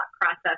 process